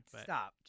Stop